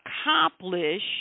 accomplish